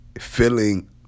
feeling